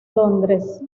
londres